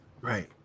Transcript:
Right